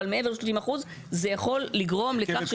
אבל מעבר ל-30% זה יכול לגרום --- רכבת